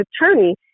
attorney